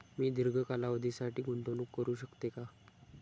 मी दीर्घ कालावधीसाठी गुंतवणूक करू शकते का?